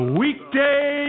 weekday